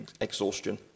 exhaustion